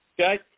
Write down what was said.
Okay